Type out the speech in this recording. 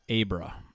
Abra